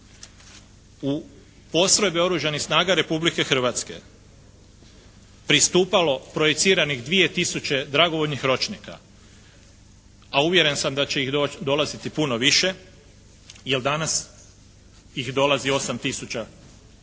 u postrojbe Oružanih snaga Republike Hrvatske pristupalo projeciranih 2 tisuće dragovoljnih ročnika, a uvjeren sam da će ih dolaziti puno više, jer danas ih dolazi 8 tisuća